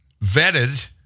vetted